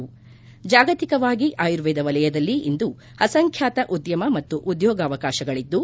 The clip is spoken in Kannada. ಜಾಗತಿಕವಾಗಿ ಆಯುರ್ವೇದ ವಲಯದಲ್ಲಿ ಇಂದು ಅಸಂಬ್ಯಾತ ಉದ್ದಮ ಮತ್ತು ಉದ್ಯೋಗಾವಕಾಶಗಳಿದ್ದು